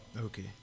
Okay